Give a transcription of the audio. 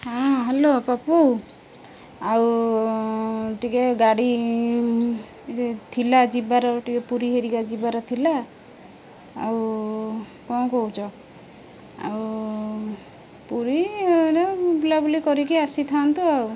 ହଁ ହ୍ୟାଲୋ ପପୁ ଆଉ ଟିକେ ଗାଡ଼ି ଥିଲା ଯିବାର ଟିକେ ପୁରୀ ହେରିକା ଯିବାର ଥିଲା ଆଉ କଣ କହୁଛ ଆଉ ପୁରୀ ବୁଲାବୁଲି କରିକି ଆସିଥାନ୍ତୁ ଆଉ